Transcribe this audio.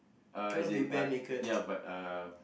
uh as in like ya but uh